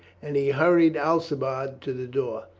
and he hurried alcibiade to the door.